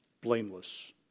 blameless